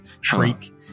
Shriek